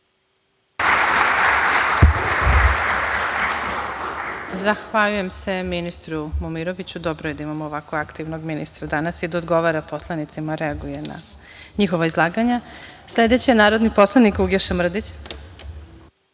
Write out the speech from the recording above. Zahvaljujem se ministru Momiroviću. Dobro je da imamo ovako aktivnog ministra danas i da odgovara poslanicama i da reaguje na njihova izlaganja. Sledeći je narodni poslanik Uglješa